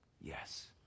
Yes